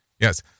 Yes